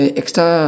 extra